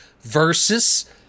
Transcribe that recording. versus